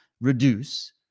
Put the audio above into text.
reduce